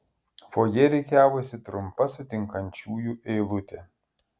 fojė rikiavosi trumpa sutinkančiųjų eilutė